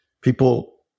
people